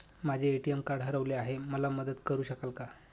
माझे ATM card हरवले आहे, मला मदत करु शकाल का?